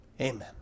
Amen